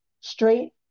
straight